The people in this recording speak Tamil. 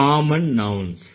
common nouns